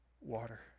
water